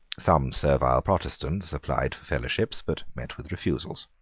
some servile protestants applied for fellowships, but met with refusals.